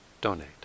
donate